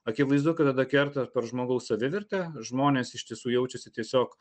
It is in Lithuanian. akivaizdu kad tada kerta per žmogaus savivertę žmonės iš tiesų jaučiasi tiesiog